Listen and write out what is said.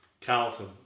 carlton